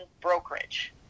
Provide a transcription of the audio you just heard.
brokerage